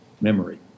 memory